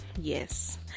Yes